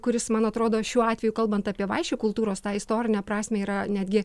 kuris man atrodo šiuo atveju kalbant apie vaišių kultūros tą istorinę prasmę yra netgi